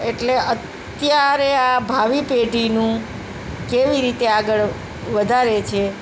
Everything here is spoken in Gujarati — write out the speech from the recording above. એટલે અત્યારે આ ભાવિ પેઢીનું કેવી રીતે આગળ વધારે છે